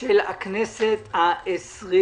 של הכנסת ה-21?